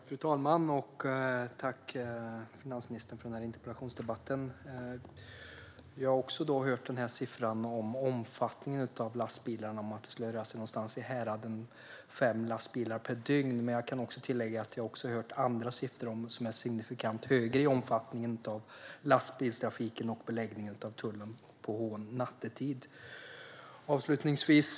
Fru talman! Jag tackar finansministern för interpellationsdebatten. Jag har också hört siffran om omfattningen av antalet lastbilar, som skulle röra sig i häradet av fem lastbilar per dygn. Men jag kan också tillägga att jag har hört andra siffror som är signifikant högre i omfattning av lastbilstrafiken och beläggningen av tullstationen på Hån nattetid.